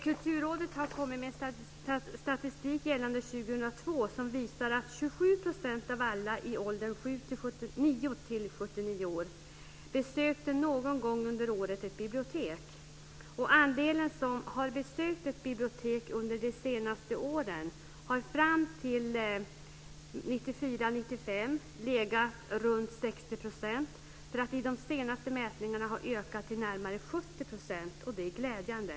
Kulturrådet har kommit med statistik gällande 2002 som visar att 27 % av alla i åldern 9-79 år någon gång under året besökte ett bibliotek. Andelen som har besökt ett bibliotek under de senaste åren har fram till 1994-1995 legat runt 60 % för att i de senaste mätningarna ha ökat till närmare 70 %. Det är glädjande.